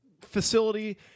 facility